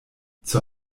zur